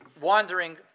wandering